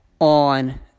on